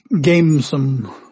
gamesome